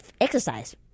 exercise